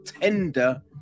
tender